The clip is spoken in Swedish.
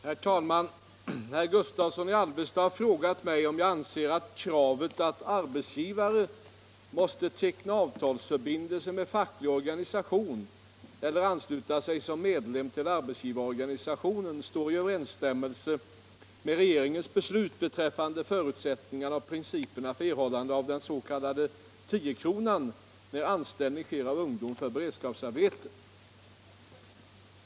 Herr talman! Herr Gustavsson i Alvesta har frågat mig om jag anser att kravet att arbetsgivare måste teckna avtalsförbindelse med facklig organistion eller ansluta sig som medlem till arbetsgivareorganisation står i överenstämmelse med regeringens beslut beträffande förutsättningarna och principerna för erhållande av den s.k. tiokronan när anställnng sker av ungdom för beredskapsarbete.